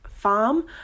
Farm